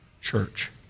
church